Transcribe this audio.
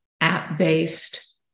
app-based